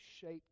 shaped